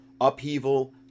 upheaval